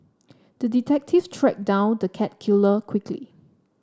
the detective tracked down the cat killer quickly